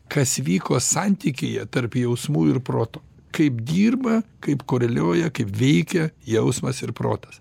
kas vyko santykyje tarp jausmų ir proto kaip dirba kaip koreliuoja kaip veikia jausmas ir protas